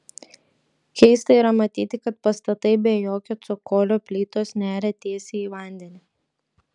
keista yra matyti kad pastatai be jokio cokolio plytos neria tiesiai į vandenį